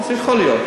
אז יכול להיות,